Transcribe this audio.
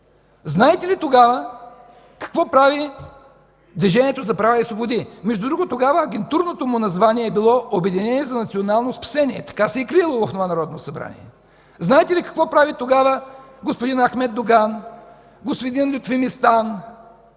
Знаете ли тогава какво направи Движението за права и свободи? Между другото тогава агентурното му название е било „Обединение за национално спасение” – така се е криело в онова Народно събрание. Знаете ли какво прави тогава господин Ахмед Доган, господин Лютви Местан?!